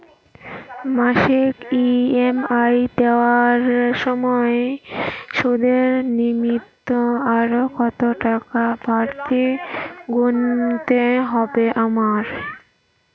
মাসিক ই.এম.আই দেওয়ার সময়ে সুদের নিমিত্ত আরো কতটাকা বাড়তি গুণতে হবে আমায়?